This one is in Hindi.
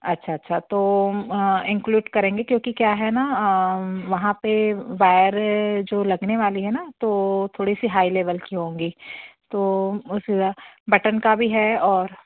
अच्छा अच्छा तो इन्क्लुड़ करेंगें क्योंकि क्या है ना वहाँ पर वायर जो लगने वाली है ना तो थोड़ी सी हाई लेवल की होंगी तो उस बटन का भी है और